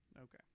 Okay